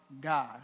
God